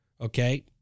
okay